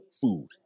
food